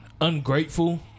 ungrateful